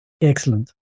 Excellent